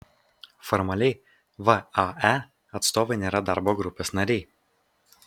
formaliai vae atstovai nėra darbo grupės nariai